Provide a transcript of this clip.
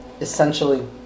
essentially